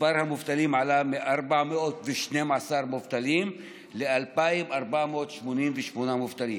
מספר המובטלים עלה מ-412 מובטלים ל-2,488 מובטלים,